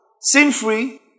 sin-free